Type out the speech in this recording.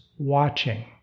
watching